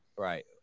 Right